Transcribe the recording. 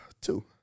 Two